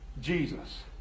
Jesus